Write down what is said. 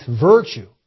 virtue